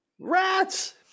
Rats